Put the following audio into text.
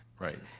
right.